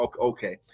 Okay